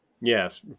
Yes